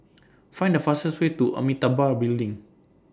Find The fastest Way to Amitabha Building